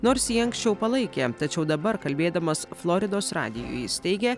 nors jį anksčiau palaikė tačiau dabar kalbėdamas floridos radijui jis teigė